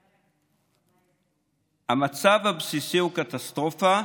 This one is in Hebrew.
המצב הבסיסי הוא קטסטרופה,